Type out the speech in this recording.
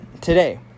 today